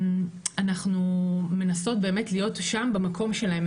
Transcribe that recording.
אנחנו מנסות באמת להיות שם במקום שלהם,